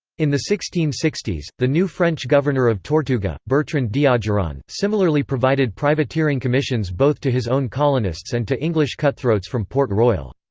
in the sixteen sixty s, the new french governor of tortuga, bertrand d'ogeron, similarly provided privateering commissions both to his own colonists and to english cutthroats from port royal.